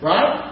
Right